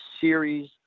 series